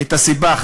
את הסיבה.